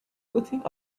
putting